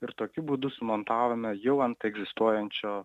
ir tokiu būdu sumontavome jau ant egzistuojančio